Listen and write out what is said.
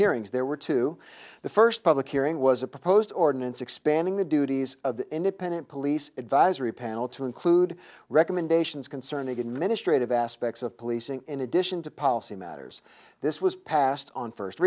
hearings there were two the first public hearing was a proposed ordinance expanding the duties of the independent police advisory panel to include recommendations concerning administrative aspects of policing in addition to policy matters this was passed on first